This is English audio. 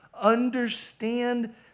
understand